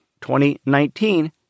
2019